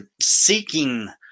seeking